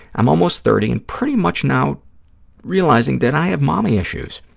i'm almost thirty and pretty much now realizing that i have mommy issues.